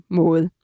måde